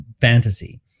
fantasy